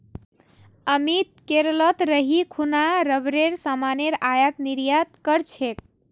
अमित केरलत रही खूना रबरेर सामानेर आयात निर्यात कर छेक